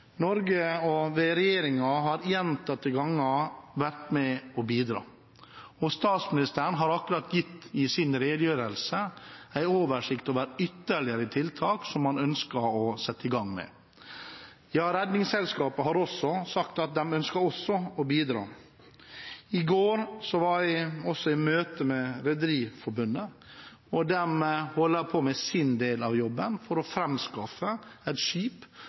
Norge ved regjeringen har gjentatte ganger vært med og bidratt, og statsministeren har akkurat i sin redegjørelse gitt en oversikt over ytterligere tiltak som man ønsker å sette i gang med. Redningsselskapene har også sagt at de ønsker å bidra. I går var jeg i møte med Rederiforbundet, og de holder på med sin del av jobben for å framskaffe et skip